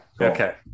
okay